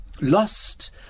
Lost